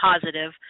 positive